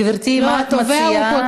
גברתי, מה את מציעה?